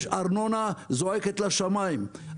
יש ארנונה זועקת לשמיים,